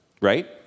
right